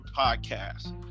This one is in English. podcast